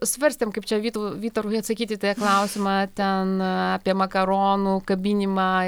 svarstėm kaip čia vytui vytarui atsakyti į tą klausimą ten apie makaronų kabinimą